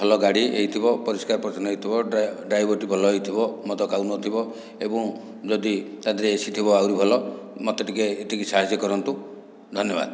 ଭଲ ଗାଡ଼ି ହୋଇଥିବ ପରିଷ୍କାର ପରିଚ୍ଛନ୍ନ ହୋଇଥିବ ଡ୍ରାଇଭରଟି ଭଲ ହୋଇଥିବ ମଦ ଖାଉନଥିବ ଏବଂ ଯଦି ତା ଦେହରେ ଏସି ଥିବ ଆହୁରି ଭଲ ମୋତେ ଟିକେ ଟିକେ ସାହାଯ୍ୟ କରନ୍ତୁ ଧନ୍ୟବାଦ